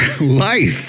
life